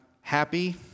happy